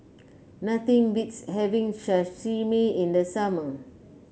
nothing beats having Sashimi in the summer